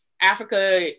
Africa